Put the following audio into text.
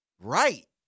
Right